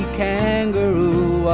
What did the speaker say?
kangaroo